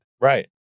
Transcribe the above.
Right